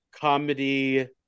comedy